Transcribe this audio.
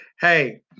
Hey